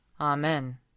Amen